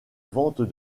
vente